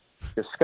discuss